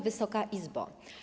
Wysoka Izbo!